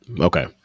okay